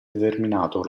determinato